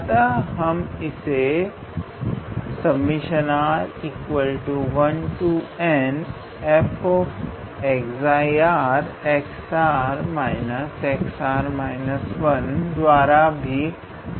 अतः हम इसे द्वारा भी प्रदर्शित कर सकते है